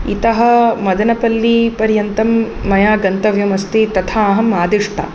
इतः मदनपल्लीपर्यन्तं मया गन्तव्यमस्ति तथा अहम् आदिष्टा